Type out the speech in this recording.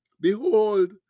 Behold